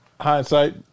Hindsight